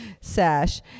sash